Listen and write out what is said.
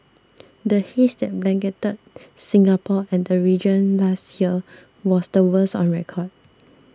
the haze that blanketed Singapore and the region last year was the worst on record